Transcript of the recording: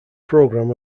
program